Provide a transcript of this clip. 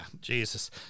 Jesus